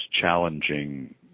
challenging